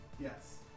Yes